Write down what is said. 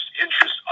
interest